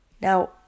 Now